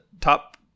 top